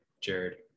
Jared